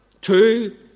two